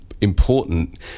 important